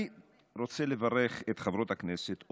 אני רוצה לברך את חברות הכנסת,